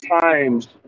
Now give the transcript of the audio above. times